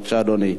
בבקשה, אדוני.